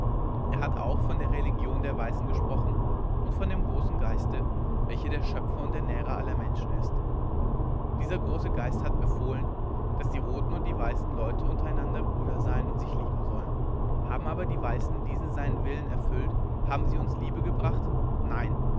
er hat auch von der religion der weißen gesprochen und von dem großen geiste welcher der schöpfer und ernährer aller menschen ist dieser große geist hat befohlen daß die roten und die weißen leute untereinander brüder sein und sich lieben sollen haben aber die weißen diesen seinen willen erfüllt haben sie uns liebe gebracht nein